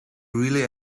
really